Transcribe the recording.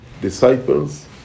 disciples